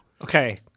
Okay